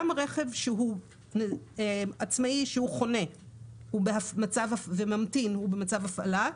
גם רכב עצמאי שהוא חונה וממתין, הוא במצב הפעלה,